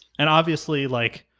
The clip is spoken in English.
and obviously, like,